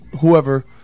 whoever